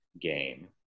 game